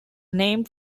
named